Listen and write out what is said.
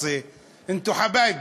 ואל תיקחו אותן